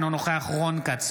אינו נוכח רון כץ,